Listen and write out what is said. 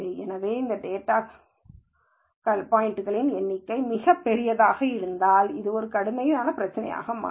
எனவே எனது டேட்டாத்தளத்தில் டேட்டா பாய்ன்ட்களின் எண்ணிக்கை மிகப் பெரியதாக இருந்தால் அது ஒரு கடுமையான பிரச்சினையாக மாறும்